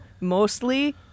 mostly